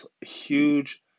huge